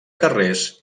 carrers